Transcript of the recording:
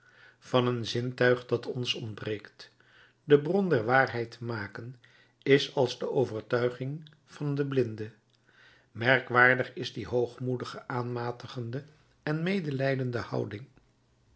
van een zintuig dat ons ontbreekt de bron der waarheid te maken is als de overtuiging van den blinde merkwaardig is die hoogmoedige aanmatigende en medelijdende houding